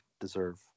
deserve